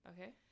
Okay